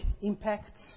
impacts